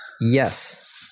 Yes